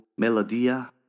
Melodia